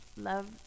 love